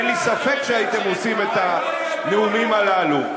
אין לי ספק שהייתם נושאים את הנאומים הללו,